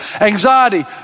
Anxiety